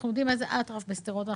איזה אטרף בשדרות.